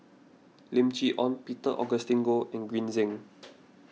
Lim Chee Onn Peter Augustine Goh and Green Zeng